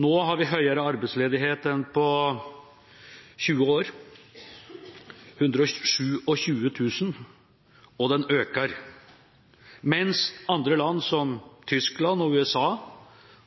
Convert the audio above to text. Nå har vi høyere arbeidsledighet enn på 20 år – 127 000 – og den øker, mens den i andre land, som Tyskland og USA,